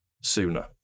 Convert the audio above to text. sooner